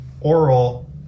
oral